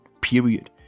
period